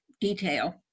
detail